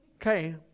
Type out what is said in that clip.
okay